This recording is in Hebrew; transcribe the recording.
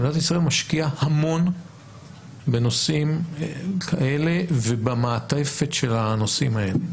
מדינת ישראל משקיעה המון בנושאים כאלה ובמעטפת של הנושאים האלה